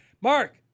Mark